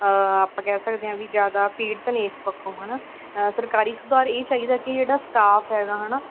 ਆਪਾਂ ਕਹਿ ਸਕਦੇ ਹਾਂ ਵੀ ਜ਼ਿਆਦਾ ਪੀੜਤ ਨੇ ਇਸ ਪੱਖੋਂ ਹੈ ਨਾ ਸਰਕਾਰੀ ਸੁਧਾਰ ਇਹ ਚਾਹੀਦਾ ਕਿ ਜਿਹੜਾ ਸਟਾਫ ਹੈਗਾ ਹੈ ਨਾ